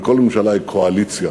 וכל ממשלה היא קואליציה